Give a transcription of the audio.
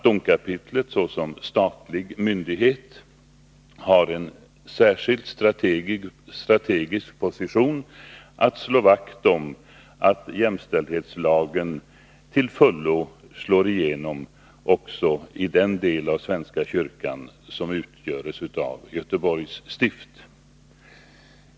Domkapitlet har såsom statlig myndighet en särskilt viktig position när det gäller att slå vakt om att jämställdhetslagen till fullo slår igenom också i den del av svenska kyrkan som utgörs av Göteborgs stift.